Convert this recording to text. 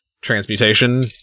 transmutation